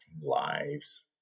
lives